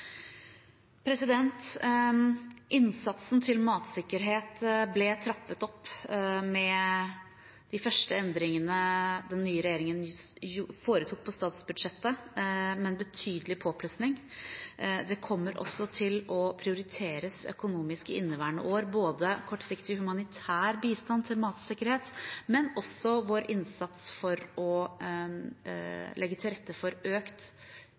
Innsatsen for matsikkerhet ble trappet opp med de første endringene på statsbudsjettet som den nye regjeringen foretok, med en betydelig påplussing. Både kortsiktig humanitær bistand for matsikkerhet og vår innsats for å legge til rette for økt